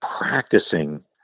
practicing